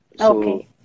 Okay